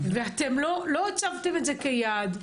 ולא הצבתם את זה כיעד.